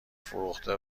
فروخته